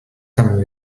some